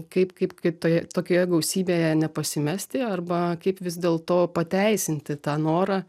kaip kaip kaip toje tokioje gausybėje nepasimesti arba kaip vis dėlto pateisinti tą norą